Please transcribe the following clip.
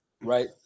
right